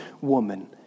woman